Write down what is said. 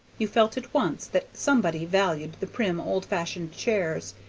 you felt at once that somebody valued the prim old-fashioned chairs,